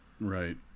Right